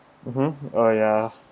mmhmm oh ya